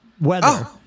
weather